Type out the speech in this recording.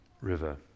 River